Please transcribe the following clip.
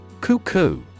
Cuckoo